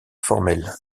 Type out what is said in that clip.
formelle